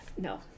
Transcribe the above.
No